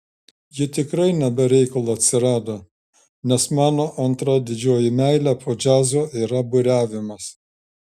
ji tikrai ne be reikalo atsirado nes mano antra didžioji meilė po džiazo yra buriavimas